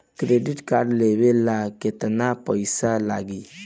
Credit card लेवे ला केतना पइसा लागी?